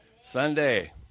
Sunday